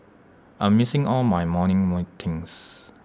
I'm missing all my morning meetings